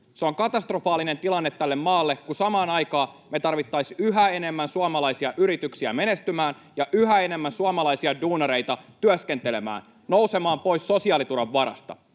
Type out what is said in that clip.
se on katastrofaalinen tilanne tälle maalle, kun samaan aikaan me tarvittaisiin yhä enemmän suomalaisia yrityksiä menestymään ja yhä enemmän suomalaisia duunareita työskentelemään, nousemaan pois sosiaaliturvan varasta.